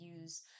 use